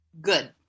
Good